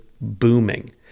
booming